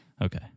Okay